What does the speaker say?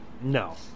No